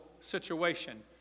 situation